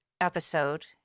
episode